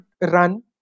run